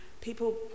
people